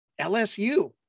LSU